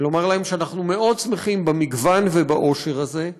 ולומר להם שאנחנו מאוד שמחים במגוון ובאושר הזה.